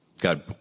God